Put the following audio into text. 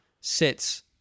sits